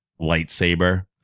lightsaber